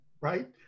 right